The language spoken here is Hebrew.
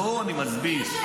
לא, אני מסביר.